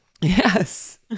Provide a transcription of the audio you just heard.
Yes